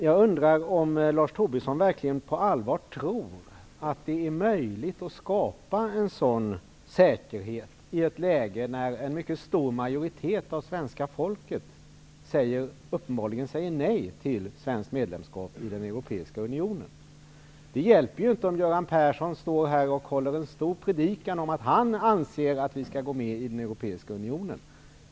Jag undrar om Lars Tobisson verkligen på allvar tror att det är möjligt att skapa en sådan säkerhet i ett läge när en mycket stor majoritet av svenska folket uppenbarligen säger nej till svenskt medlemskap i den europeiska unionen. Det hjälper ju inte om Göran Persson här håller en stor predikan om att han anser att vi skall gå med i den europeiska unionen.